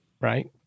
right